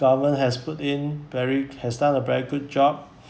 government has put in very has done a very good job